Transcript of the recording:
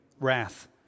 wrath